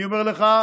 אני אומר לך,